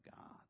God